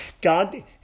God